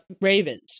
Ravens